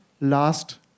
last